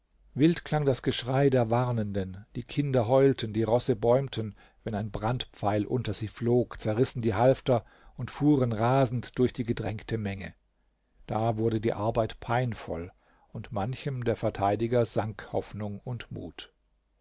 wild klang das geschrei der warnenden die kinder heulten die rosse bäumten wenn ein brandpfeil unter sie flog zerrissen die halfter und fuhren rasend durch die gedrängte menge da wurde die arbeit peinvoll und manchem der verteidiger sank hoffnung und mut